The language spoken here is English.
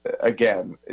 again